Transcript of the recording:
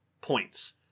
points